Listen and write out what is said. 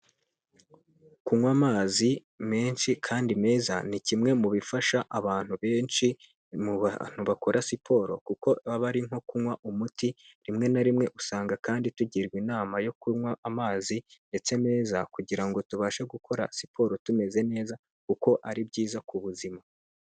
Kunywa amazi menshi kandi meza ni kimwe mu bifasha abantu benshi mu bantu bakora siporo kuko aba ari nko kunywa umuti, rimwe na rimwe usanga kandi tugirwa inama yo kunywa amazi ndetse meza kugira ngo tubashe gukora siporo tumeze neza kuko ari byiza ku buzima.